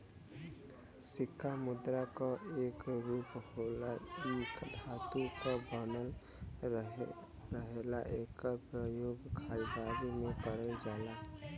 सिक्का मुद्रा क एक रूप होला इ धातु क बनल रहला एकर प्रयोग खरीदारी में करल जाला